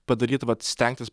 padaryt vat stengtis